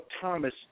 Thomas